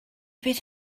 beth